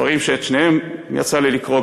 ספרים שאת שניהם יצא לי לקרוא,